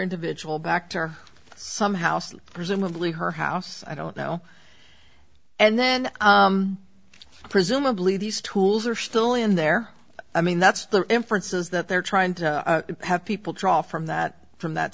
individual back to her some house presumably her house i don't know and then presumably these tools are still in there i mean that's their inference is that they're trying to have people draw from that from that